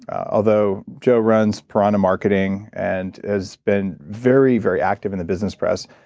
although joe runs piranha marketing and has been very, very active in the business press,